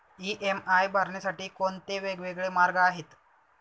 EMI भरण्यासाठी कोणते वेगवेगळे मार्ग आहेत?